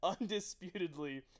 undisputedly